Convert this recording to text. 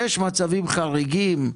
יש מצבים חריגים,